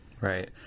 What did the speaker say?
right